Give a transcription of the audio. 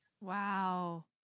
Wow